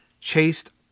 chased